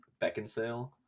Beckinsale